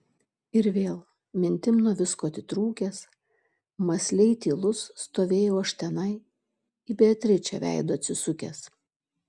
ir vėl mintim nuo visko atitrūkęs mąsliai tylus stovėjau aš tenai į beatričę veidu atsisukęs